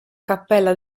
cappella